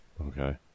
Okay